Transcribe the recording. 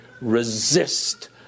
resist